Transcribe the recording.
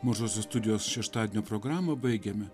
mažosios studijos šeštadienio programą baigiame